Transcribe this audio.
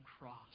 cross